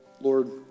Lord